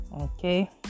Okay